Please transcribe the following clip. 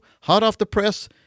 hot-off-the-press